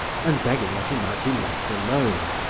and begging that he might be left alone.